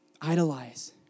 idolize